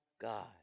God